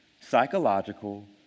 psychological